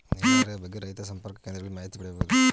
ನೀರಾವರಿಯ ಬಗ್ಗೆ ರೈತ ಸಂಪರ್ಕ ಕೇಂದ್ರದಲ್ಲಿ ಮಾಹಿತಿ ಪಡೆಯಬಹುದೇ?